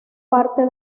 parte